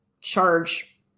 charge